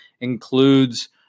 includes